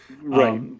Right